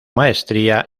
maestría